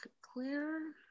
clear